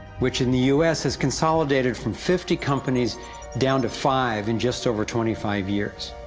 which in the u s. has consolidated from fifty companies down to five in just over twenty five years.